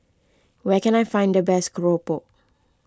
where can I find the best Keropok